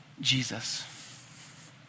Jesus